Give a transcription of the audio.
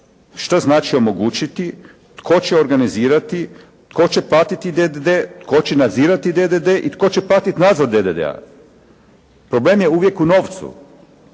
što znači omogućiti, tko će organizirati, tko će platiti DDD, tko će nadzirati DDD i tko će pratiti nadzor DDD-a? Problem je uvijek u novcu.